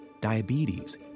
diabetes